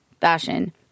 fashion